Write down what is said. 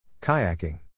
Kayaking